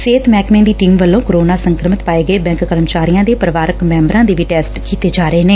ਸਿਹਤ ਮਹਿਕਮੇ ਦੀ ਟੀਮ ਵੱਲੋਂ ਕੋਰੋਨਾ ਸੰਕਰਮਿਤ ਪਾਏ ਗਏ ਬੈਂਕ ਕਰਮਚਾਰੀਆਂ ਦੇ ਪਰਿਵਾਰਕ ਮੈਂਬਰਾਂ ਦੇ ਵੀ ਟੈਸਟ ਕੀਤੇ ਜਾ ਰਹੇ ਨੇ